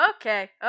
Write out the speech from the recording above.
Okay